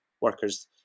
workers